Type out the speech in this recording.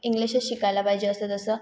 English शिकायला पाहिजे असं जसं